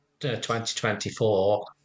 2024